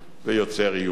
ויוצר איומים.